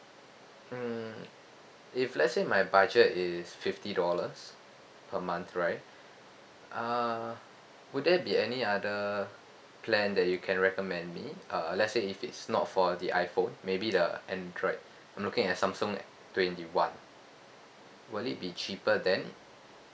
um if let's say my budget is fifty dollars per month right uh would there be any other plan that you can recommend me uh let's say if it's not for the iphone maybe the android I'm looking at samsung twenty one will it be cheaper then